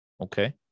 okay